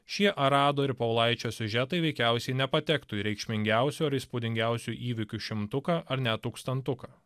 šie arado ir paulaičio siužetai veikiausiai nepatektų į reikšmingiausių ar įspūdingiausių įvykių šimtuką ar net tūkstantuką